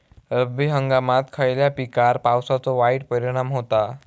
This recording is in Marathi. रब्बी हंगामात खयल्या पिकार पावसाचो वाईट परिणाम होता?